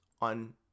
on